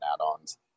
add-ons